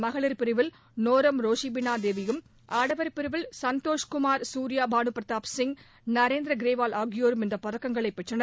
மகளிர் பிரிவில் நவ்ரோம் ரோஷி பினி தேவியும் ஆடவர் பிரிவில் சந்தோஷ்குமார் சூரிய பானு பிரதாப் சிங் நரேந்திர க்ரேவால் ஆகியோரும் இந்தப் பதக்கங்களைப் பெற்றனர்